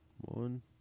One